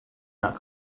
not